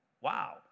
Wow